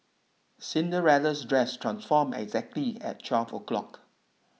Cinderella's dress transformed exactly at twelve o'clock